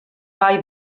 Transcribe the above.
vall